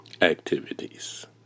activities